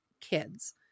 kids